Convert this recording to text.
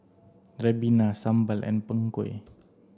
Ribena Sambal and Png Kueh